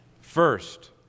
First